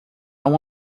uma